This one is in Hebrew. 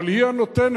אבל היא הנותנת.